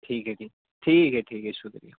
ٹھیک ہے جی ٹھیک ہے ٹھیک ہے شکریہ